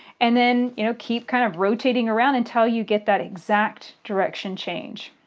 and then you know keep kind of rotating around until you get that exact direction change.